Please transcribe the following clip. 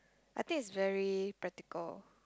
I think it's very practical